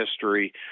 history